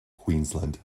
queensland